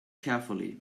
carefully